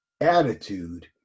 attitude